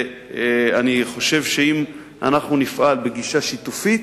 אני חושב שאם אנחנו נפעל בגישה שיתופית